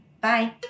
Bye